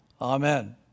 Amen